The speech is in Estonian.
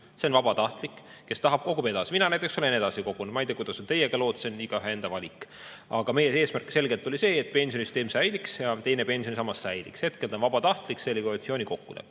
see on vabatahtlik, kes tahab, kogub edasi. Mina näiteks olen edasi kogunud, ma ei tea, kuidas on teiega lood, see on igaühe enda valik. Aga meie eesmärk oli selgelt see, et pensionisüsteem säiliks ja teine pensionisammas säiliks. Hetkel on see vabatahtlik, see oli koalitsiooni kokkulepe.